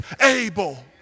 able